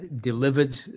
delivered